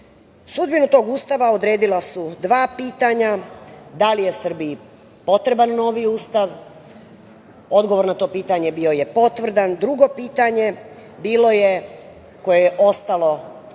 godine. Sudbinu tog Ustava odredila su dva pitanja – da li je Srbiji potreban novi Ustav? Odgovor na to pitanje bio je potvrdan. Drugo pitanje, koje je ostalo